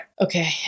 okay